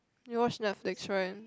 you watch Netflix when